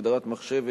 הגדרת מחשב),